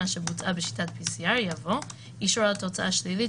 שבוצעה בשיטת pcr״ יבוא: ״אישור על תוצאה שלילית